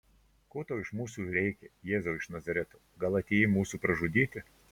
ko tau iš mūsų reikia jėzau iš nazareto gal atėjai mūsų pražudyti